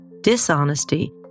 Dishonesty